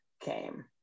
came